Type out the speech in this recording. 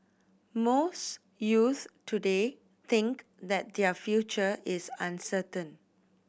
most youths today think that their future is uncertain